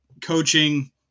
coaching